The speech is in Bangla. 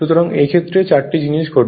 সুতরাং এই ক্ষেত্রে 4টি জিনিস ঘটবে